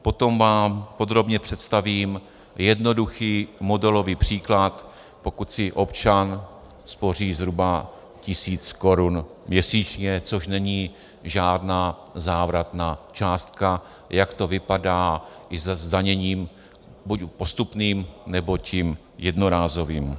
Potom vám podrobně představím jednoduchý modelový příklad, pokud si občan spoří zhruba tisíc korun měsíčně, což není žádná závratná částka, jak to vypadá i se zdaněním buď postupným, nebo tím jednorázovým.